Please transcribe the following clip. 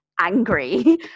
angry